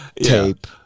tape